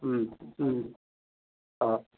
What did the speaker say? অঁ